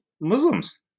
Muslims